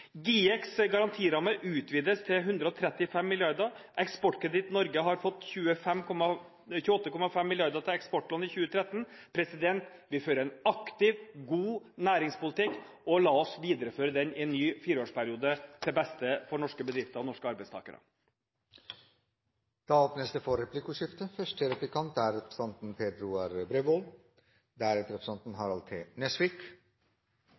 GIEKs garantirammer utvides til 135 mrd. kr. Eksportkreditt Norge har fått 28,5 mrd. kr til eksportlån i 2013. Vi fører en aktiv, god næringspolitikk, og la oss videreføre den i en ny fireårsperiode til beste for norske bedrifter og norske arbeidstakere. Det blir replikkordskifte.